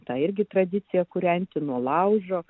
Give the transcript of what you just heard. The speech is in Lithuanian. tą irgi tradiciją kūrenti nuo laužo